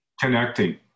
Connecting